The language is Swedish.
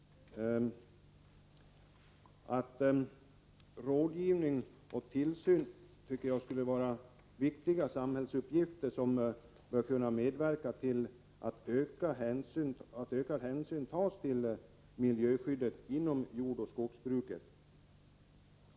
Rådgivning och tillsyn borde enligt min mening vara viktiga samhällsuppgifter. Om de uppgifterna fullgörs bör det innebära att en ökad hänsyn tas till miljöskyddet inom jordoch skogsbruket.